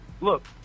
Look